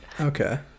okay